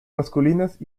masculinas